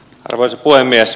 arvoisa puhemies